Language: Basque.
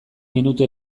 minutu